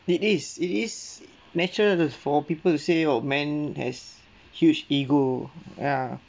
it is it is natural to for people to say oh man has huge ego ya